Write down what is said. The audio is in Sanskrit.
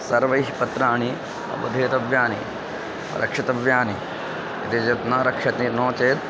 सर्वैः पत्राणि बधेतव्यानि रक्षितव्यानि इति चेत् न रक्षते नो चेत्